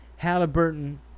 Halliburton